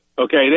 Okay